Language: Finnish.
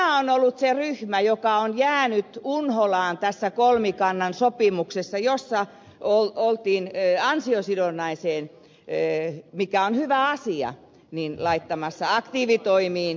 tämä on ollut se ryhmä joka on jäänyt unholaan tässä kolmikannan sopimuksessa jossa oltiin ansiosidonnaiseen mikä on hyvä asia laittamassa aktiivitoimiin korotusta